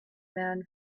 man